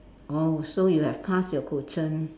oh so you have passed your Guzheng